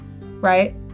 right